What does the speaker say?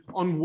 on